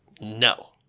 No